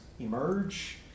emerge